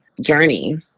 journey